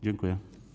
Dziękuję.